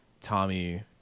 Tommy